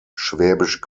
schwäbisch